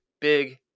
big